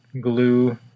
glue